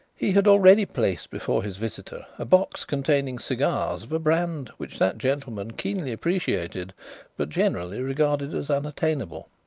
he had already placed before his visitor a box containing cigars of a brand which that gentleman keenly appreciated but generally regarded as unattainable,